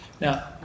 Now